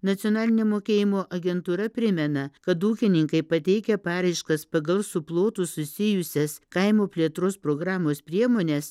nacionalinė mokėjimo agentūra primena kad ūkininkai pateikę paraiškas pagal su plotu susijusias kaimo plėtros programos priemones